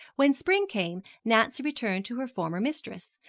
when spring came nancy returned to her former mistress,